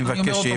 אני אומר שוב,